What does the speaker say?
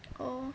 oh